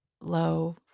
low